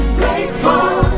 grateful